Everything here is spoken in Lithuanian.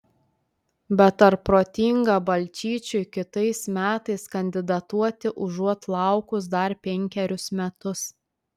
bet ar protinga balčyčiui kitais metais kandidatuoti užuot laukus dar penkerius metus